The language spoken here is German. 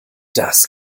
das